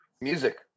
music